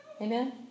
Amen